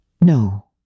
No